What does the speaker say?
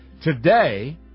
today